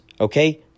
Okay